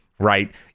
Right